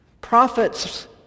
Prophets